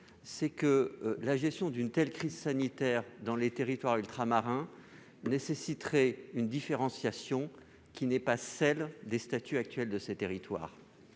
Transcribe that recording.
c'est que la gestion d'une telle crise sanitaire dans les territoires ultramarins nécessiterait une différenciation que ne permettent pas les statuts actuels de ces territoires.